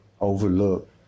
overlook